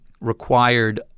required